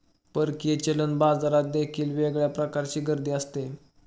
परकीय चलन बाजारात देखील वेगळ्या प्रकारची गर्दी असते